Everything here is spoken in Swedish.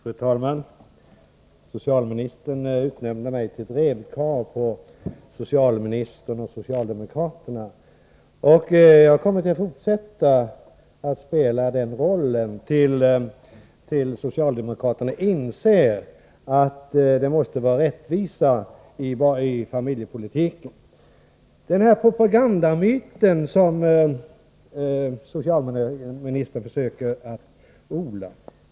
Fru talman! Socialministern utnämnde mig till drevkarl för socialministern och socialdemokraterna. Jag kommer att fortsätta att spela den rollen till dess socialdemokraterna inser att det måste finnas rättvisa i familjepolitiken. Socialministern talar om en propagandamyt.